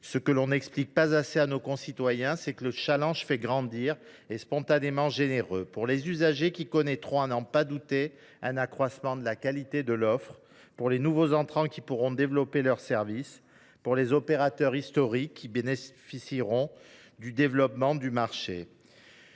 Ce que l’on n’explique pas assez à nos concitoyens, c’est que le challenge fait grandir, car il est spontanément généreux. Il l’est pour les usagers, qui connaîtront, à n’en pas douter, un accroissement de la qualité de l’offre ; pour les nouveaux entrants, qui pourront développer leurs services ; pour les opérateurs historiques, qui bénéficieront du développement du marché.